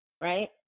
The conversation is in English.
right